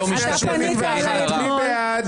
1,181 מי בעד?